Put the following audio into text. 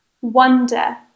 wonder